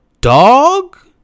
dog